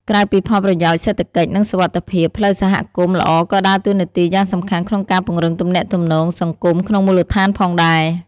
ក្រៅពីផលប្រយោជន៍សេដ្ឋកិច្ច និងសុវត្ថិភាព ផ្លូវសហគមន៍ល្អក៏ដើរតួនាទីយ៉ាងសំខាន់ក្នុងការពង្រឹងទំនាក់ទំនងសង្គមក្នុងមូលដ្ឋានផងដែរ។